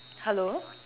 hello